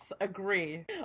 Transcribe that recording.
Agree